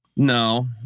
No